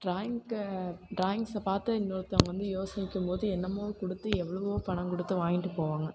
ட்ராயிங்க்கு ட்ராயிங்ஸை பார்த்து இன்னொருத்தவங்க வந்து யோசிக்கும் போது என்னமோ கொடுத்து எவ்வளோவோ பணம் கொடுத்து வாங்கிகிட்டு போவாங்க